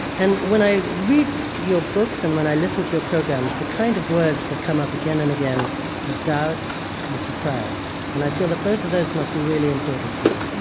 and when i read your books and when i listen to your programs, the kind of words that come up again and again are ah doubt and surprise. and i feel that both of those must be really important to you.